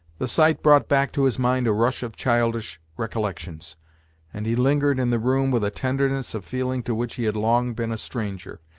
the sight brought back to his mind a rush of childish recollections and he lingered in the room with a tenderness of feeling to which he had long been a stranger.